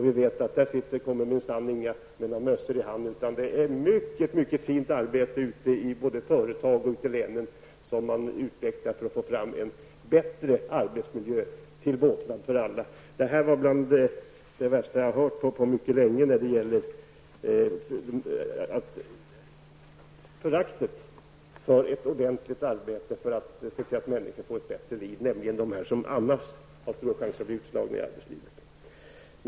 Vi vet att det minsann inte kommer några människor med mössan i hand, utan det bedrivs ett mycket fint arbete ute i företag och län för att få en bättre arbetsmiljö till båtnad för alla. Detta var bland det värsta som jag har hört på mycket länge: föraktet för ett ordentligt arbete för att se till att människor får ett bättre liv, människor som annars löper stor risk att bli utslagna i arbetslivet.